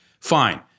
Fine